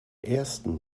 ersten